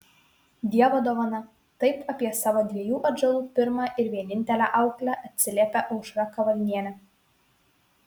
dievo dovana taip apie savo dviejų atžalų pirmą ir vienintelę auklę atsiliepia aušra kavalnienė